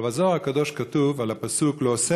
אבל בזוהר הקדוש כתוב על הפסוק "לעֹשה